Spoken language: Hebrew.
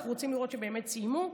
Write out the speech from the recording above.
ואנחנו רוצים לראות שבאמת סיימו.